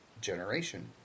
generation